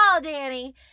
Danny